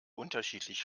unterschiedlich